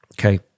okay